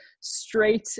straight